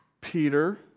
Peter